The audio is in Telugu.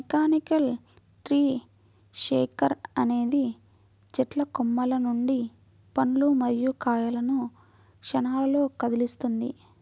మెకానికల్ ట్రీ షేకర్ అనేది చెట్టు కొమ్మల నుండి పండ్లు మరియు కాయలను క్షణాల్లో కదిలిస్తుంది